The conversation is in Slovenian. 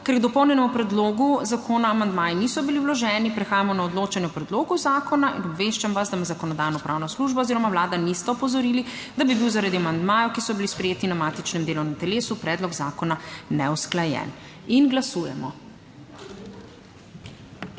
Ker k dopolnjenemu predlogu zakona amandmaji niso bili vloženi, prehajamo na odločanje o predlogu zakona. In obveščam vas, da me Zakonodajno-pravna služba oziroma Vlada nista opozorili, da bi bil zaradi amandmajev, ki so bili sprejeti na matičnem delovnem telesu predlog zakona neusklajen. Glasujemo.